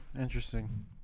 Interesting